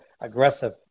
aggressive